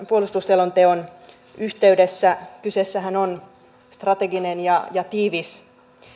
puolustusselonteon yhteydessä kyseessähän on strateginen ja ja tiivis